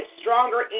stronger